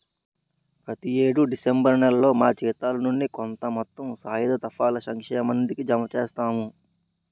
ప్రతి యేడు డిసెంబర్ నేలలో మా జీతాల నుండి కొంత మొత్తం సాయుధ దళాల సంక్షేమ నిధికి జమ చేస్తాము